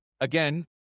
again